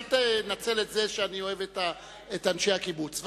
אל תנצל את זה שאני אוהב את אנשי הקיבוץ.